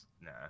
nah